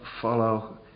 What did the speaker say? follow